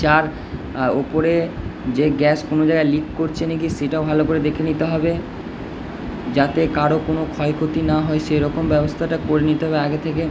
যার ওপরে যে গ্যাস কোনো জায়গায় লিক করছে না কি সেটাও ভালো করে দেখে নিতে হবে যাতে কারো কোনো ক্ষয় ক্ষতি না হয় সেই রকম ব্যবস্থাটা করে নিতে হবে আগে থেকে